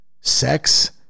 sex